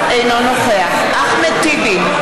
אינו נוכח אחמד טיבי,